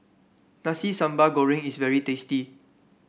Nasi Sambal Goreng is very tasty